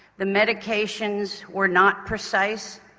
the medications were not precise,